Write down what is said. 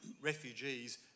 refugees